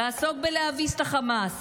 ולעסוק בלהביס את חמאס,